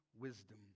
wisdom